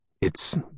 It's